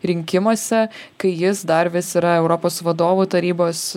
rinkimuose kai jis dar vis yra europos vadovų tarybos